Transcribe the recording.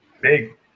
big